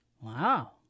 Wow